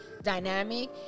Dynamic